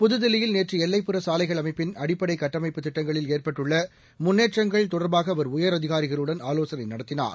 புதுதில்லியில் நேற்றுஎல்லைப்புறச் சாலைகள் அமைப்பின் அடிப்படைக் கட்டமைப்பு திட்டங்களில் ஏற்பட்டுள்ளமுன்னேற்றங்கள் தொடர்பாகஅவர் உயரதிகாரிகளுடன் ஆலோசனைநடத்தினார்